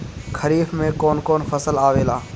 खरीफ में कौन कौन फसल आवेला?